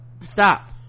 Stop